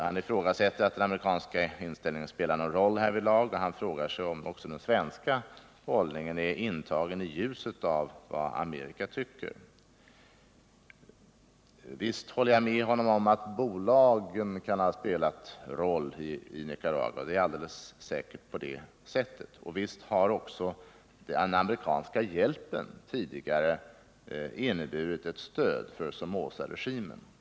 Han ifrågasätter att den amerikanska inställningen spelar någon roll härvidlag och han frågar sig om också den svenska hållningen är intagen i ljuset av vad Amerika tycker. Visst håller jag med honom om att bolagen har haft betydelse för utvecklingen i Nicaragua. Och visst har också den amerikanska hjälpen tidigare inneburit ett stöd för Somozaregimen.